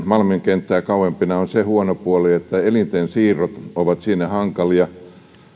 malmin kenttää kauempana olevissa on se huono puoli että elinten siirrot ovat niille hankalia